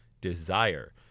desire